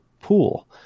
pool